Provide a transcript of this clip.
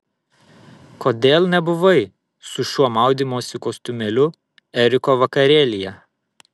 kodėl nebuvai su šiuo maudymosi kostiumėliu eriko vakarėlyje